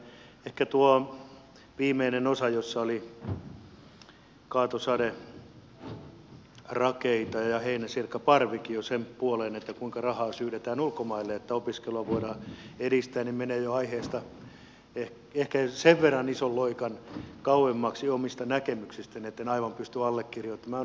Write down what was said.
mutta ehkä tuo viimeinen osa jossa oli kaatosade rakeita ja heinäsirkkaparvikin jo sen puoleen kuinka rahaa syydetään ulkomaille että opiskelua voidaan edistää menee jo ehkä sen verran ison loikan kauemmaksi omista näkemyksistäni etten aivan pysty sitä allekirjoittamaan